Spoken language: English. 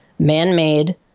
man-made